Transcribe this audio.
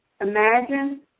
imagine